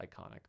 iconic